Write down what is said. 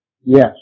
Yes